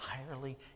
entirely